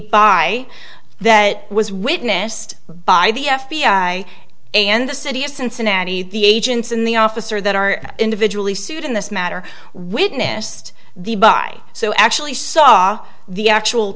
buy that was witnessed by the f b i and the city of cincinnati the agents in the officer that are individually sued in this matter witnessed the by so actually saw the actual